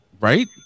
Right